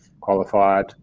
qualified